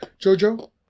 Jojo